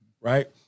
Right